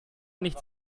nichts